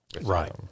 Right